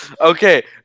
Okay